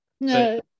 No